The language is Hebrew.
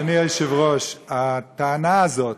אדוני היושב-ראש, הטענה הזאת,